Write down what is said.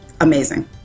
amazing